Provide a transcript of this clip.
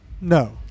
no